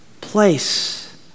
place